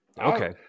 Okay